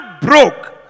broke